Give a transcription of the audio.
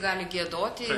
gali giedoti